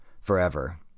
forever